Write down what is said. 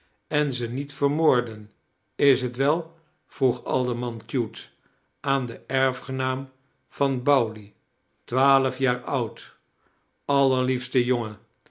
en ze niet vermoorden is t wel vroeg alderman cute aan den erfgenaam van bowley twaalf jaar oud allerliefste jongen